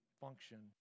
function